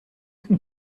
can